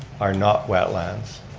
are not wetlands.